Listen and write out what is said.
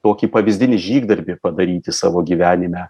tokį pavyzdinį žygdarbį padaryti savo gyvenime